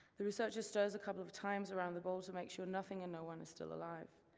the researcher stirs a couple of times around the bowl to make sure nothing and no one is still alive.